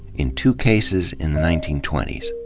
in two cases in the nineteen twenty s.